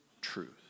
truth